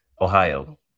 Ohio